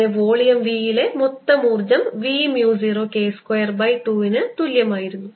അങ്ങനെ volume v യിലെ മൊത്തം ഊർജ്ജം v mu 0 K square by 2 ന് തുല്യമായിരുന്നു